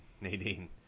Nadine